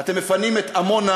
ויותר גרוע מזה,